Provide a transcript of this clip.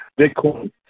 Bitcoin